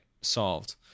solved